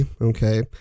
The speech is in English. okay